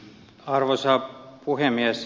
arvoisa puhemies